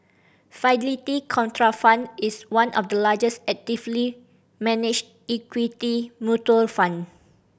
Fidelity Contrafund is one of the largest actively managed equity mutual fund